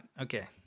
okay